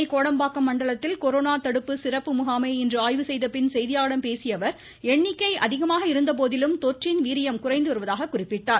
சென்னை கோடம்பாக்கம் மண்டலத்தில் கொரோனா தடுப்பு சிறப்பு முகாமை இன்று ஆய்வு செய்த பின் செய்தியாளரிடம் பேசிய அவர் எண்ணிக்கை அதிகமாக இருந்தபோதிலும் தொற்றின் வீரியம் குறைந்து வருவதாக குறிப்பிட்டார்